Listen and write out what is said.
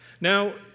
Now